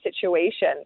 situation